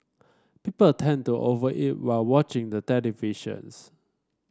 people tend to over eat while watching the televisions